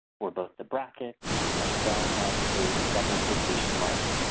for both the brackets as well as those double quotation marks.